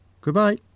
Goodbye